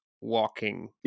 walking